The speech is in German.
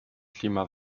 klima